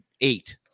eight